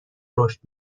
رشد